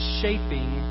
shaping